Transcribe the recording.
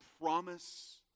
promise